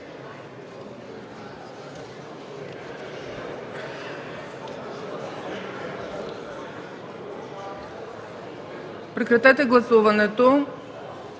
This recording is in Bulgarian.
прекратете гласуването.